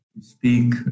speak